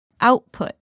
Output